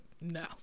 No